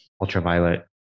ultraviolet